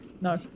no